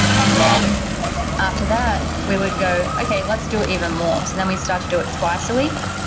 and then after that we would go, okay. let's do it even more. so then we start to do it twice a week,